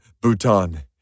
Bhutan